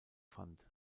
fand